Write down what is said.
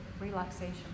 relaxation